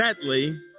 sadly